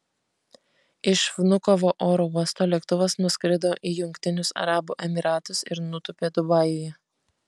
iš vnukovo oro uosto lėktuvas nuskrido į jungtinius arabų emyratus ir nutūpė dubajuje